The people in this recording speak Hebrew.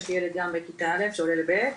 יש לי ילד גם בכיתה א' שעולה ב',